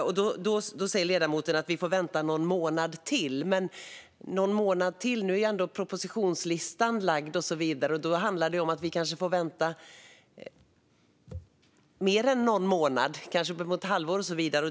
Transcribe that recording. Ledamoten säger att vi får vänta i någon månad till. Men nu är ju redan propositionsförteckningen lagd, och då handlar det ju om att vi får vänta mer än någon månad, kanske upp till ett halvår.